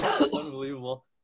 Unbelievable